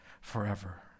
forever